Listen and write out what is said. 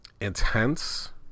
intense